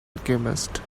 alchemist